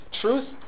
Truth